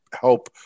help